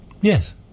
Yes